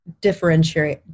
differentiating